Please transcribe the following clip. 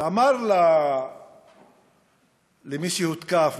ואמר למי שהותקף,